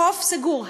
החוף סגור.